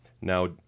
Now